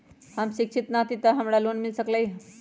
हम शिक्षित न हाति तयो हमरा लोन मिल सकलई ह?